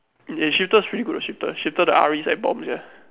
eh shiphtur pretty good leh shiphtur sia